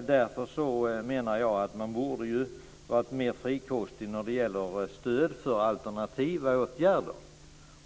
Därför menar jag att man borde ha varit mer frikostig när det gäller stöd till alternativa åtgärder.